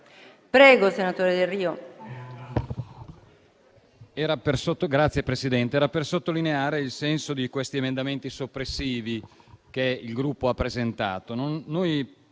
Signora Presidente, intervengo per sottolineare il senso di questi emendamenti soppressivi che il Gruppo ha presentato.